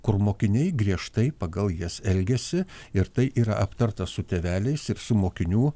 kur mokiniai griežtai pagal jas elgiasi ir tai yra aptarta su tėveliais ir su mokinių